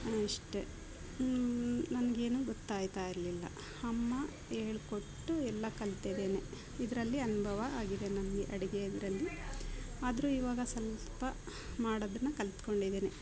ಅಷ್ಟೆ ನನಗೇನು ಗೊತ್ತಾಯಿತಾ ಇರಲಿಲ್ಲ ಅಮ್ಮ ಹೇಳ್ಕೊಟ್ಟು ಎಲ್ಲ ಕಲ್ತಿದ್ದೀನಿ ಇದರಲ್ಲಿ ಅನುಭವ ಆಗಿದೆ ನನಗೆ ಅಡುಗೆ ಇದರಲ್ಲಿ ಆದರು ಇವಾಗ ಸ್ವಲ್ಪ ಮಾಡೋದನ್ನ ಕಲ್ತುಕೊಂಡಿದಿನಿ